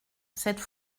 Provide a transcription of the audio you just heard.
cette